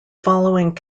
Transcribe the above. following